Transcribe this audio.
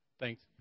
Thanks